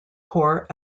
corps